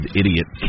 idiot